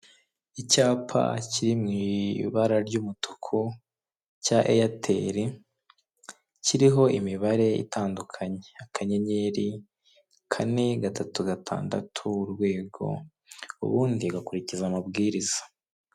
Icyapa kiri mu ibara ry'umutuku cya eyeteri kiriho imibare itandukanye akanyenyeri kane gatatu gatandatu urwego ubundi ugakurikiza amabwiriza.